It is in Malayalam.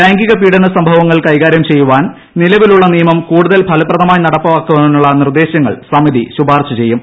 ലൈംഗിക പീഡന സംഭവങ്ങൾ കൈകാര്യം ചെയ്യാൻ നിലവിലുള്ള നിയമം കൂടുതൽ ഫലപ്രദമായി നടപ്പാക്കാനുള്ള നിർദ്ദേശങ്ങൾ സമിതി ശുപാർശ ചെയ്യും